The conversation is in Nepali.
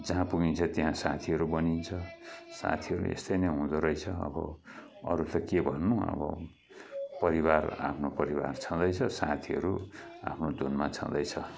जहाँ पुगिन्छ त्यहाँ साथीहरू बनिन्छ साथीहरू यस्तै नै हुँदोरहेछ अब अरू त के भन्नु अब परिवार आफ्नो परिवार छँदैछ साथीहरू आफ्नो धुनमा छँदैछ